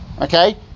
Okay